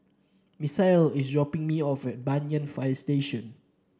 Misael is dropping me off at Banyan Fire Station